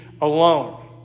alone